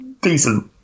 decent